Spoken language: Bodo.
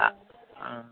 आ ओ